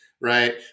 Right